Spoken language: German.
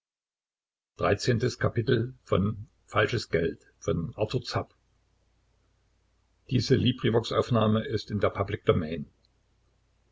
schwager in der